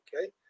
okay